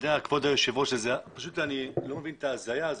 אדוני היושב ראש, אני לא מבין את ההזיה הזאת.